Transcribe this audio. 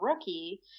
rookie